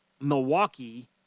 Milwaukee